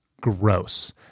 gross